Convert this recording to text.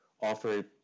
offer